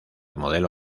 modelo